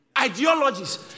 ideologies